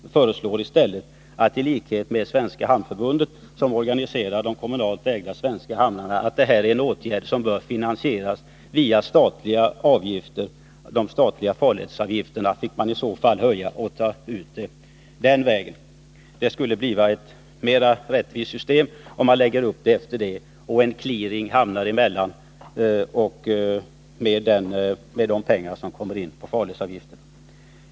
Jag föreslår i stället i likhet med Svenska Hamnförbundet, som organiserar de kommunalt ägda svenska hamnarna, att sådana åtgärder bör finansieras via de statliga avgifterna. Man får således höja de statliga farledsavgifterna och finansiera det hela på den vägen. Det skulle bli ett mera rättvist system, om man lägger upp det hela på detta sätt, och det skulle bli en clearing hamnar emellan med stöd av de pengar som flyter in genom Herr talman!